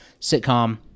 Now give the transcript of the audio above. sitcom